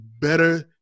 better